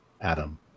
Adam